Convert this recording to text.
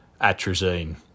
atrazine